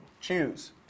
Choose